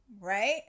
right